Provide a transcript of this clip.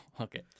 okay